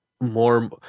more